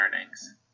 earnings